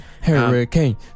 Hurricane